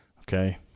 Okay